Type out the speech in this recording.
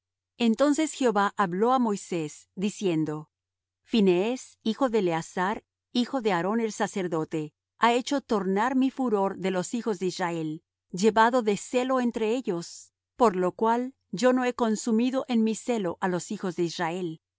entonces jehová habló á moisés diciendo phinees hijo de eleazar hijo de aarón el sacerdote ha hecho tornar mi furor de los hijos de israel llevado de celo entre ellos por lo cual yo no he consumido en mi celo á los hijos de israel